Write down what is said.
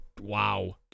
Wow